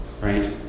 Right